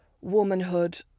womanhood